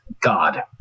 God